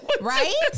Right